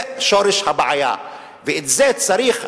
זה שורש הבעיה ואת זה אנחנו צריכים,